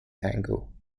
angle